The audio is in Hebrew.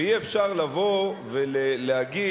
ואי-אפשר לבוא ולהגיד,